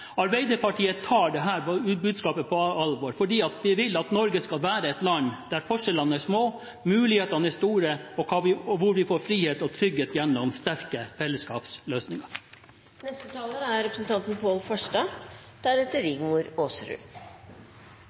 Arbeiderpartiet tar dette budskapet på alvor fordi vi vil at Norge skal være et land der forskjellene er små, mulighetene er store, og hvor vi får frihet og trygghet gjennom sterke fellesskapsløsninger. Det viktigste vi kan si til ungdommen, er